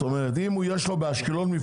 כלומר אם יש לו באשקלון,